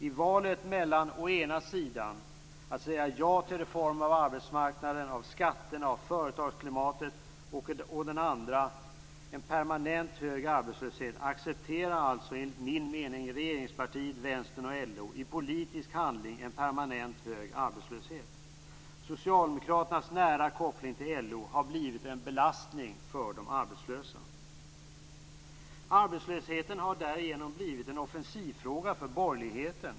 I valet mellan å ena sidan att säga ja till reformer av arbetsmarknaden, skatterna och företagsklimatet och å den andra en permanent hög arbetslöshet, accepterar alltså enligt min mening regeringspartiet, Vänstern och LO i politisk handling en permanent hög arbetslöshet. Socialdemokraternas nära koppling till LO har blivit en belastning för de arbetslösa. Arbetslösheten har därigenom blivit en offensivfråga för borgerligheten.